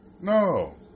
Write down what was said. No